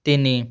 ତିନି